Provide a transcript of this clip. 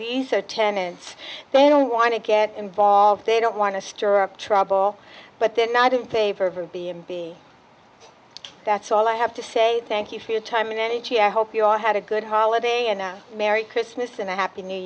these are tenants they don't want to get involved they don't want to stir up trouble but they're not in favor of a b and b that's all i have to say thank you for your time and energy i hope you all had a good holiday and merry christmas and a happy new